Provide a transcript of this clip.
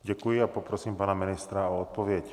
Děkuji a poprosím pana ministra o odpověď.